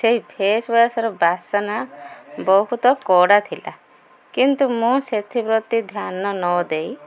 ସେଇ ଫେସ୍ୱାଶ୍ର ବାସନା ବହୁତ କଡ଼ା ଥିଲା କିନ୍ତୁ ମୁଁ ସେଥିପ୍ରତି ଧ୍ୟାନ ନ ଦେଇ